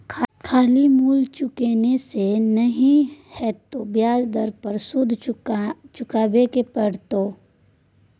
खाली मूल चुकेने से नहि हेतौ ब्याज दर पर सुदो चुकाबे पड़तौ